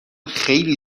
خیلی